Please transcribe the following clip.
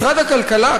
משרד הכלכלה,